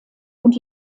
und